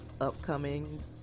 upcoming